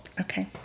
Okay